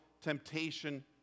temptation